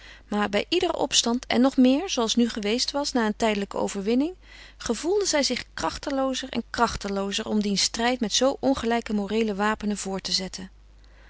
maar bij iederen opstand en nog meer zooals nu geweest was na een tijdelijke overwinning gevoelde zij zich krachteloozer en krachteloozer om dien strijd met zoo ongelijke moreele wapenen voort te zetten